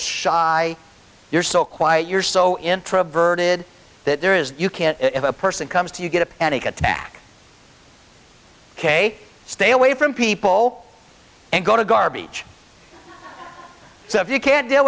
shy you're so quiet you're so introverted that there is you can if a person comes to you get a panic attack ok stay away from people and go to garbage so if you can't deal